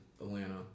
Atlanta